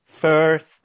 first